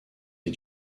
les